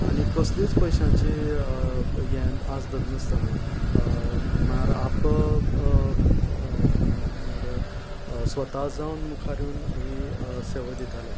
आनीक कसलीच पयशांची हे आस धरनासतना म्हळ्यार आप हाणें म्हळ्यार स्वता जावन मुखार येवन ही सेवा दितालें